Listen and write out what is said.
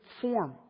form